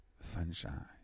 sunshine